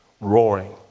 roaring